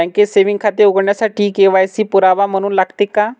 बँकेत सेविंग खाते उघडण्यासाठी के.वाय.सी पुरावा म्हणून लागते का?